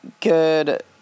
good